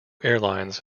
airlines